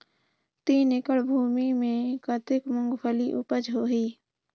तीन एकड़ भूमि मे कतेक मुंगफली उपज होही?